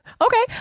okay